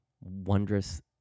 wondrous